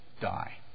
die